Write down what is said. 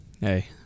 Hey